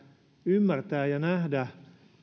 ymmärtää ja nähdä